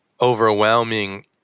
overwhelming